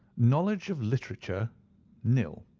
knowledge of literature nil.